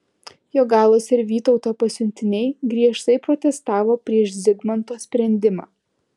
jogailos ir vytauto pasiuntiniai griežtai protestavo prieš zigmanto sprendimą